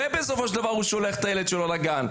בסופו של דבר ההורה הוא זה ששולח את הילד שלו לגן.